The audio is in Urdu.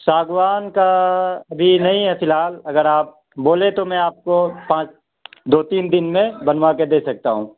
ساگوان کا ابھی نہیں ہے فی الحال اگر آپ بولیں تو میں آپ کو پانچ دو تین دن میں بنوا کے دے سکتا ہوں